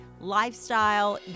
lifestyle